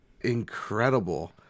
incredible